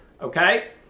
okay